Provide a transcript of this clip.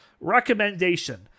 recommendation